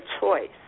choice